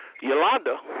Yolanda